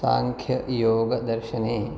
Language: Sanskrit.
साङ्ख्ययोगदर्शने